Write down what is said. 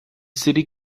city